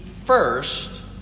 first